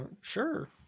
sure